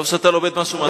טוב שאתה לומד משהו מהתורה.